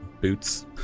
Boots